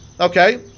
okay